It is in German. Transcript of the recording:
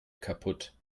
kaputt